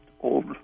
old